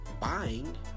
buying